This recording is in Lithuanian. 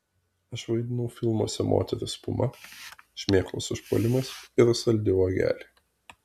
aš vaidinau filmuose moteris puma šmėklos užpuolimas ir saldi uogelė